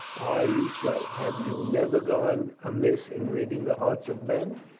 are you so? have you never gone amiss in read ing the hearts of men?